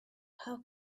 how